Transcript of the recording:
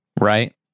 right